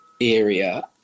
area